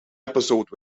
episode